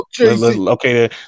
Okay